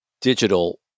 digital